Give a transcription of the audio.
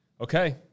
Okay